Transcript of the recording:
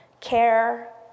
care